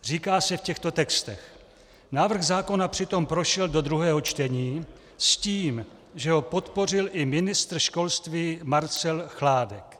Říká se v těchto textech: Návrh zákona přitom prošel do druhého čtení s tím, že ho podpořil i ministr školství Marcel Chládek.